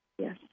Yes